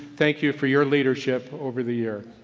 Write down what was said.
thank you for your leadership over the year.